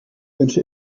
wünsche